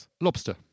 Lobster